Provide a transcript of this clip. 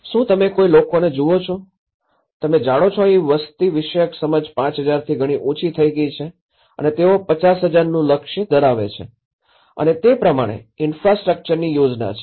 શું તમે કોઈ લોકોને જુઓ છો તમે જાણો છો અહીં વસ્તી વિષયક સમજ ૫૦૦૦થી ઘણી ઉંચી થઈ ગઈ છે અને તેઓ ૫૦૦૦૦ નું લક્ષ્ય ધરાવે છે અને તે પ્રમાણે ઈન્ફ્રાસ્ટ્રક્ચરની યોજના છે